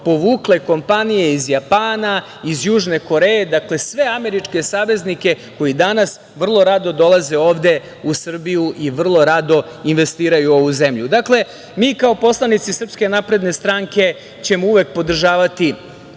povukle kompanije iz Japana, iz Južne Koreje, sve američke saveznike koji vrlo rado dolaze ovde u Srbiju i vrlo rado investiraju u ovu zemlju. Dakle, mi kao poslanici SNS ćemo uvek podržavati